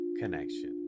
connection